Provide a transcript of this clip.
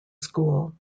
school